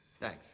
Thanks